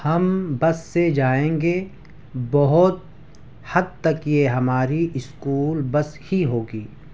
ہم بس سے جائیں گے بہت حد تک یہ ہماری اسکول بس ہی ہوگی